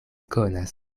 konas